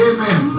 Amen